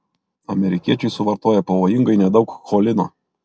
amerikiečiai suvartoja pavojingai nedaug cholino